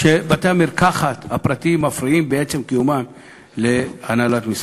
שבתי-המרקחת הפרטיים מפריעים בעצם קיומם להנהלת משרד הבריאות.